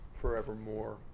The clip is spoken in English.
forevermore